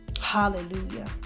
Hallelujah